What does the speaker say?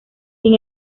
sin